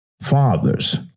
fathers